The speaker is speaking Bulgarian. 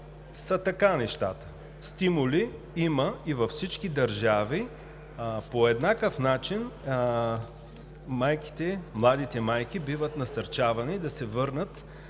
са така – има стимули. Във всички държави по еднакъв начин младите майки биват насърчавани да се върнат